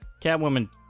Catwoman